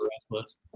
restless